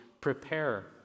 prepare